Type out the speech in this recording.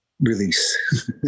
release